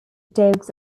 dogs